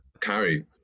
carry